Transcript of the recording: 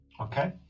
okay